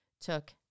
took